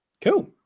Cool